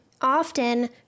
Often